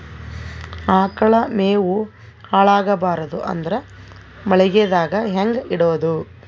ಆಕಳ ಮೆವೊ ಹಾಳ ಆಗಬಾರದು ಅಂದ್ರ ಮಳಿಗೆದಾಗ ಹೆಂಗ ಇಡೊದೊ?